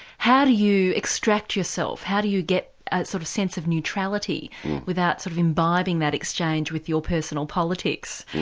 how do you extract yourself, how do you get a sort of sense of neutrality without sort of imbibing that exchange with your personal politics.